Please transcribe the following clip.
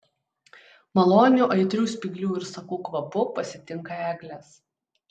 maloniu aitriu spyglių ir sakų kvapu pasitinka eglės